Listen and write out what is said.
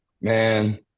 Man